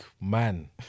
man